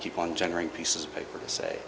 keep on generating pieces of paper to say